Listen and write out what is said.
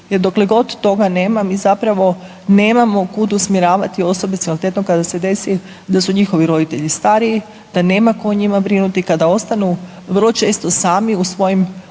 dokle god toga nema, mi zapravo nemamo kud usmjeravati osobe s invaliditetom kada se desi da su njihovi stariji, da nema tko o njima brinuti kada ostanu vrlo često sami u svojim okruženjima